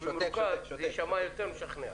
זה יישמע יותר משכנע.